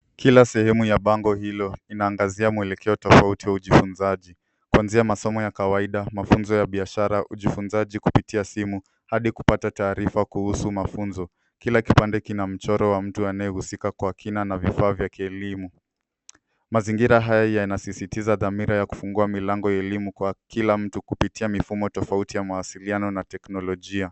Kila sehemu ya bango hilo inaangazia mwelekeo tofauti wa ujifunzaji. Kuazia masomo ya kawaida, masomo ya kibiashara ujifunzaji kupitia simu hadi kupata taarifa kuhusu mafunzo. Kila kipande kina mchoro wa mtu anayehusika kwa kina na vifaa vya kielimu. Mazingira haya yanasisitiza dhamira ya kufungua milango ya elimu kwa mtu kupitia mifumo tofauti ya mawasiliano na teknolojia.